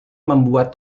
membuat